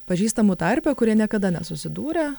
pažįstamų tarpe kurie niekada nesusidūrę